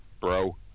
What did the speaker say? bro